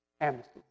Amnesty